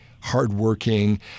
hardworking